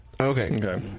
Okay